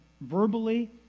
verbally